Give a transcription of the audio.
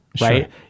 right